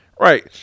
right